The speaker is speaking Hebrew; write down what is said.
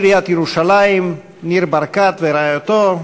ראש עיריית ירושלים ניר ברקת ורעייתו,